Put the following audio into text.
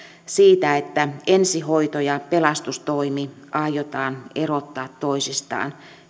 siitä että ensihoito ja pelastustoimi aiotaan erottaa toisistaan